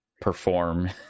perform